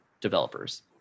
developers